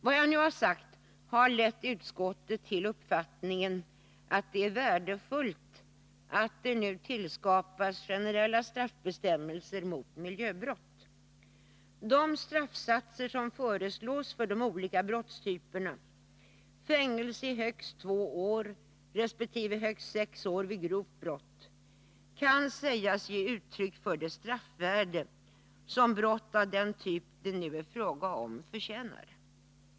Vad jag nu har sagt har lett utskottet till uppfattningen att det är värdefullt att det nu skapas generella straffbestämmelser mot miljöbrott. De straffsatser som föreslås för de olika brottstyperna — fängelse i högst två år resp. högst sex år vid grovt brott — kan sägas ge uttryck för det straffvärde som brott av den typ det nu är fråga om förtjänar.